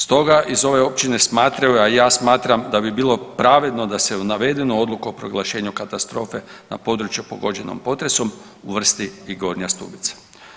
Stoga iz ove općine smatraju, a i ja smatram da bi bilo pravedno da se u navedenu odluku o proglašenju katastrofe na području pogođenom potresom uvrsti i Gornja Stubica.